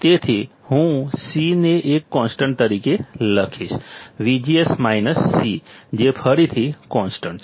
તેથી હું C ને એક કોન્સ્ટન્ટ તરીકે લખીશ જે ફરીથી કોન્સ્ટન્ટ છે